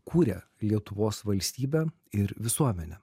kūrė lietuvos valstybę ir visuomenę